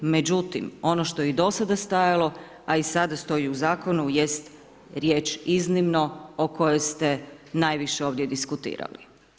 Međutim, ono što je do sada stajalo a i sada stoji u zakonu, jest riječ iznimno o kojoj ste najviše ovdje diskutirali.